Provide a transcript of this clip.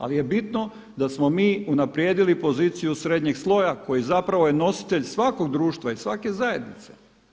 Ali je bitno da smo mi unaprijedili poziciju srednjeg sloja, koji zapravo je nositelj svakog društva i svake zajednice.